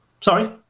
Sorry